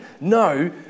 No